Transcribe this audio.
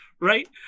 right